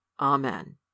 Amen